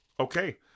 Okay